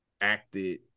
acted